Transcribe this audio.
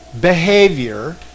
behavior